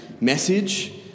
message